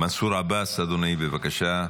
מנסור עבאס, אדוני, בבקשה.